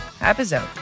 episode